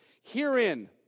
Herein